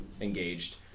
engaged